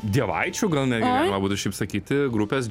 dievaičių gal netgi galima būtų šiaip sakyti grupės